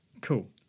Cool